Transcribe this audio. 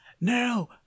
No